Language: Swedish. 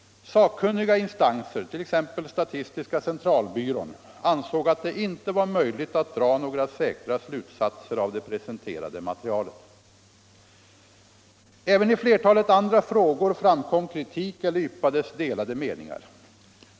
Sakkunniga instanser, t.ex. statistiska centralbyrån, ansåg att det inte var möjligt att dra några säkra slutsatser av det presenterade materialet. Även i flertalet andra frågor framkom kritik eller yppades delade meningar.